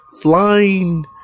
flying